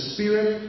Spirit